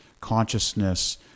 consciousness